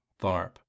Tharp